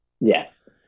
Yes